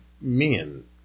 men